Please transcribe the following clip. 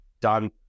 done